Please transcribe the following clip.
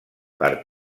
per